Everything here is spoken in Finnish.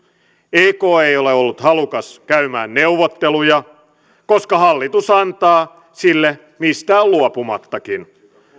ek ei ole ollut halukas käymään neuvotteluja koska hallitus antaa sille mistään luopumattakin